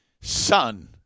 son